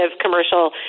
commercial